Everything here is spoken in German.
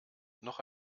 noch